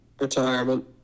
Retirement